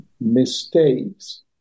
mistakes